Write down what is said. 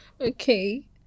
okay